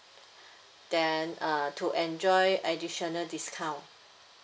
then uh to enjoy additional discount